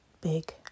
big